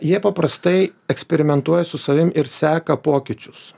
jie paprastai eksperimentuoja su savim ir seka pokyčius